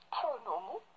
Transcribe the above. Paranormal